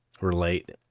relate